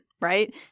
right